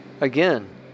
again